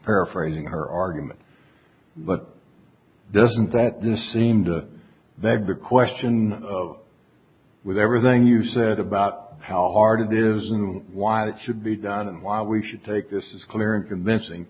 paraphrasing her argument but doesn't that the seem to that big question with everything you said about how hard it is and why it should be done and why we should take this is clear and convincing